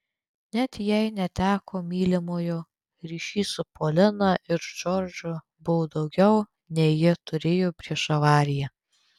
net jei neteko mylimojo ryšys su polina ir džordžu buvo daugiau nei ji turėjo prieš avariją